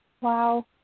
Wow